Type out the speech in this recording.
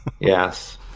yes